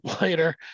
later